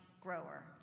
grower